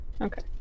Okay